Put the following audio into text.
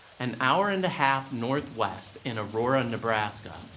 an hour and a half northwest in aurora, nebraska,